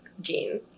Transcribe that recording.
Gene